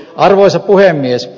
arvoisa puhemies